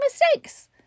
mistakes